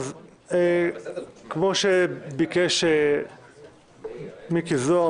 כמו שביקש מיקי זוהר,